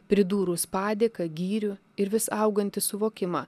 pridūrus padėką gyrių ir vis augantį suvokimą